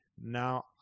Now